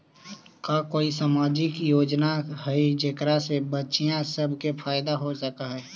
का कोई सामाजिक योजना हई जेकरा से बच्चियाँ सब के फायदा हो सक हई?